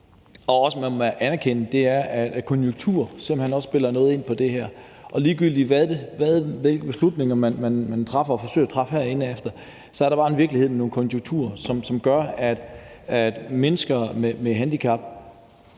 man også må anerkende, er, at konjunktur simpelt hen også spiller noget ind på det her område. Ligegyldigt hvilken beslutning man træffer og forsøger at træffe herinde, er der bare en virkelighed med nogle konjunkturer, som gør, at mennesker med handicap